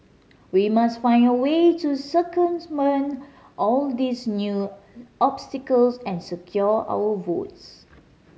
we must find a way to all these new obstacles and secure our votes